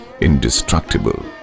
indestructible